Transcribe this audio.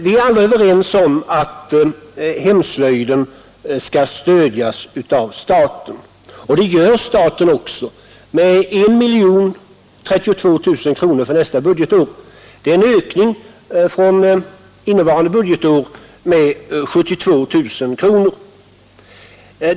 Alla är vi överens om att hemslöjden skall stödjas av staten, och det gör också staten — med 1 032 000 kronor för nästa budgetår. Det är en ökning från innevarande budgetår med 72 000 kronor.